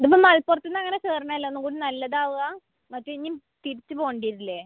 ഇതിപ്പോൾ മലപ്പുറത്തുനിന്നങ്ങനെ കയറുന്നതല്ലേ ഒന്നും കൂടി നല്ലതാവുക അപ്പം ഇനിയും തിരിച്ച് പോവേണ്ടി വരില്ലേ